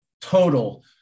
total